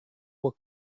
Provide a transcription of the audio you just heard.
were